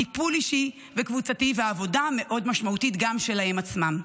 טיפול אישי וקבוצתי ועבודה משמעותית מאוד גם שלהם עצמם.